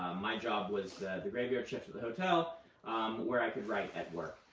my job was the graveyard shift at the hotel where i could write at work.